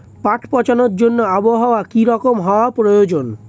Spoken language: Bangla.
পাট পচানোর জন্য আবহাওয়া কী রকম হওয়ার প্রয়োজন?